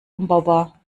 umbaubar